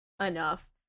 enough